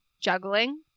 Juggling